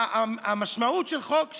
המשמעות של חוק,